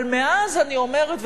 אבל מאז אני אומרת,